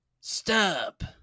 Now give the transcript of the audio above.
Stop